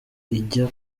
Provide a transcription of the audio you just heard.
ijya